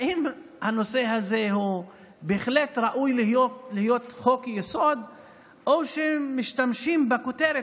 האם הנושא הזה הוא בהחלט ראוי להיות חוק-יסוד או שמשתמשים בכותרת?